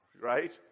Right